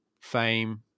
Fame